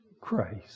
Christ